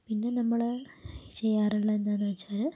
പിന്നെ നമ്മള് ചെയ്യാറുള്ളത് എന്താ എന്ന് വെച്ചാല്